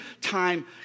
time